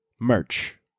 Merch